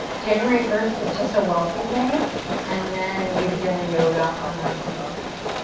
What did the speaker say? january first is just a welcome day and then we begin the yoga on january second.